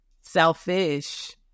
selfish